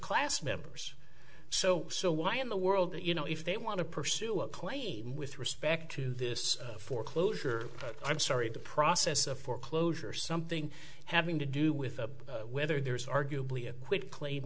class members so so why in the world that you know if they want to pursue a claim with respect to this foreclosure i'm sorry the process of foreclosure something having to do with whether there is arguably a quid claim